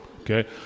okay